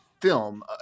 film